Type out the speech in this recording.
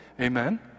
Amen